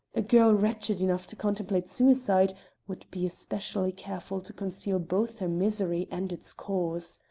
a girl wretched enough to contemplate suicide would be especially careful to conceal both her misery and its cause.